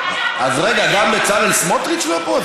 אז רגע, גם בצלאל סמוטריץ לא פה?